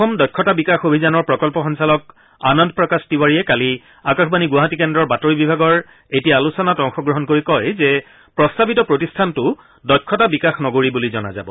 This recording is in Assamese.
অসম দক্ষতা বিকাশ অভিযানৰ প্ৰকল্প সঞ্চালক আনন্দ প্ৰকাশ তিৱাৰীয়ে কালি আকাশবাণী গুৱাহাটী কেন্দ্ৰৰ বাতৰি বিভাগৰ এটি আলোচনাত অংশগ্ৰহণ কৰি কয় যে প্ৰস্তাৱিত প্ৰতিষ্ঠানটি দক্ষতা বিকাশ নগৰী বুলি জনা যাব